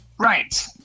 Right